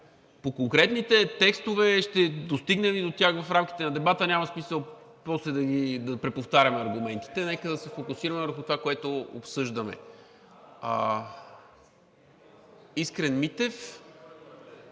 По конкретните текстове, ще достигнем и до тях в рамките на дебата, няма смисъл после да преповтаряме аргументите. Нека да се фокусираме върху това, което обсъждаме. Искрен Митев